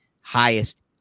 highest